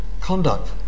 conduct